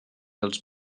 dels